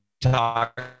talk